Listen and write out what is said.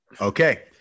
Okay